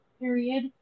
period